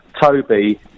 Toby